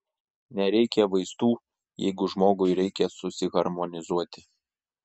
nereikia vaistų jeigu žmogui reikia susiharmonizuoti